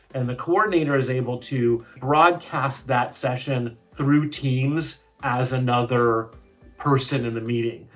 and the coordinator is able to broadcast that session through teams as another person in the meeting,